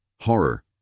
horror